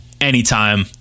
anytime